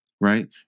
right